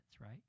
right